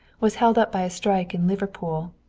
was held up by a strike in liverpool,